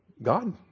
God